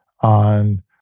on